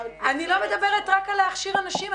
אני לא מדברת רק על הכשרת אנשים.